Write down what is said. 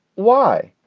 why?